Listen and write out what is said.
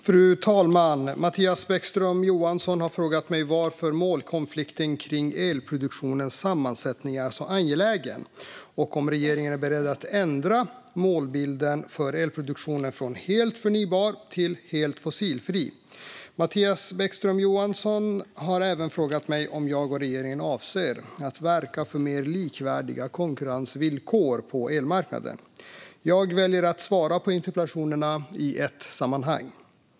Fru talman! Mattias Bäckström Johansson har frågat mig varför målkonflikten kring elproduktionens sammansättning är så angelägen och om regeringen är beredd att ändra målbilden för elproduktionen från helt förnybar till helt fossilfri. Mattias Bäckström Johansson har även frågat mig om jag och regeringen avser att verka för mer likvärdiga konkurrensvillkor på elmarknaden. Jag väljer att svara på interpellationerna i ett sammanhang.